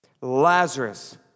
Lazarus